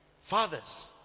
Fathers